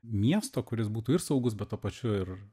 miesto kuris būtų ir saugus bet tuo pačiu ir